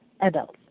adults